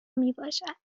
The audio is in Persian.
میباشد